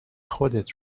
خودت